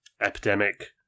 epidemic